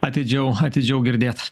atidžiau atidžiau girdėt